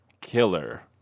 killer